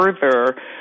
Further